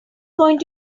going